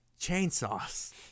Chainsaws